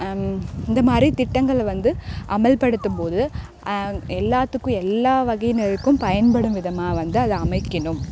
இந்த மாதிரி திட்டங்களை வந்து அமல் படுத்தும் போது எல்லாத்துக்கும் எல்லா வகையினருக்கும் பயன்படும் விதமாக வந்து அதை அமைக்கணும்